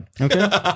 Okay